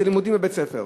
שזה לימודים בבית-הספר.